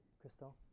Crystal